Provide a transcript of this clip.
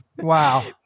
Wow